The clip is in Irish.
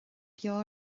beo